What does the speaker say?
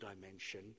dimension